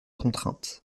contraintes